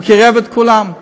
הוא קירב את כולם.